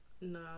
No